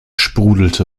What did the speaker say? sprudelte